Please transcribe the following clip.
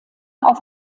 auf